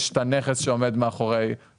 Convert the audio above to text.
יש את הנכס שעומד מאחורי לוקחי ההלוואה.